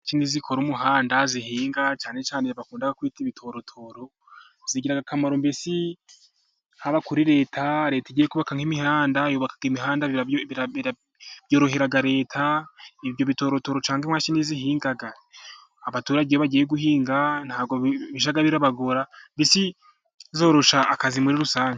Imashini zikora umuhanda, zihinga cyane cyane bakunda kwita ibitorotoro, zigira akamaro mbese haba kuri Leta, Leta igiye kubaka nk'imihanda, y'ubaka imihanda byorohera Leta, ibyo bitorotoro cyangwa imashini zihinga, abaturage iyo bagiye guhinga, ntabwo bijya bibagora mbesi zorosha akazi muri rusange.